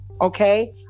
okay